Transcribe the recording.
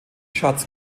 schatz